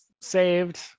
saved